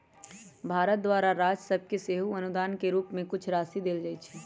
भारत द्वारा राज सभके सेहो अनुदान के रूप में कुछ राशि देल जाइ छइ